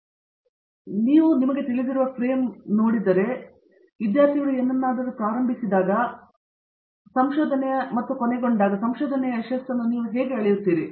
ಆದ್ದರಿಂದ ನೀವು ಫ್ರೇಮ್ ತಿಳಿದಿರುವ ಈ ಶ್ರೇಣಿಯನ್ನು ನೋಡಿದರೆ ನೀವು ಏನನ್ನಾದರೂ ಪ್ರಾರಂಭಿಸಿದಾಗ ನಿಮಗೆ ತಿಳಿದಿರುವ ಈ ರೀತಿಯ ಸಂಶೋಧನೆಯ ಯಶಸ್ಸನ್ನು ನೀವು ಹೇಗೆ ಅಳೆಯುತ್ತೀರಿ